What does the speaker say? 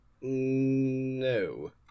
no